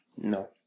No